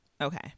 Okay